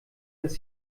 dass